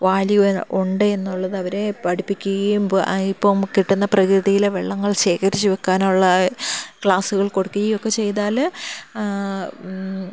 value ഉണ്ട് എന്നുള്ളത് അവരെ പഠിപ്പിക്കുകയും ഇപ്പം കിട്ടുന്ന പ്രകൃതിയിലെ വെള്ളങ്ങൾ ശേഖരിച്ചു വയ്ക്കാനുള്ള ക്ലാസ്സുകൾ കൊടുക്കുകയും ഒക്കെ ചെയ്താൽ